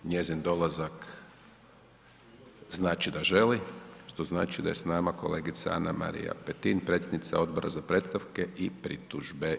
Njezin dolazak znači da želi, što znači da je s nama kolegica Ana Marija Petin predsjednica Odbora za predstavke i pritužbe.